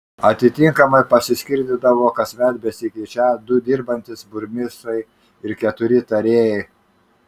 atitinkamai pasiskirstydavo kasmet besikeičią du dirbantys burmistrai ir keturi tarėjai